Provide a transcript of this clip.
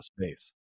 space